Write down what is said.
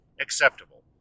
acceptable